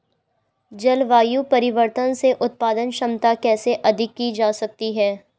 जलवायु परिवर्तन से उत्पादन क्षमता कैसे अधिक की जा सकती है?